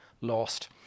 lost